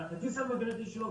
על הכרטיס המגנטי שלו,